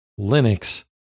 Linux